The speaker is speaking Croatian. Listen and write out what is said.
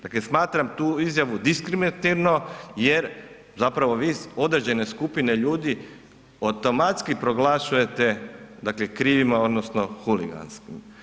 Dakle, smatram tu izjavu diskriminatorno jer zapravo vi određene skupine ljudi automatski proglašujete krivima odnosno huliganskim.